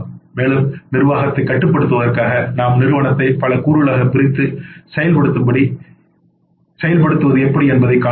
மேலும் நிர்வாகத்தை கட்டுப்படுத்துவதற்காக நாம் நிறுவனத்தை பல கூறுகளாகப் பிரித்து செயல்படுத்துவது எப்படி என்பதை காண்போம்